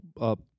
up